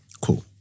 Cool